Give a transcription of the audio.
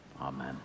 Amen